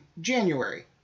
January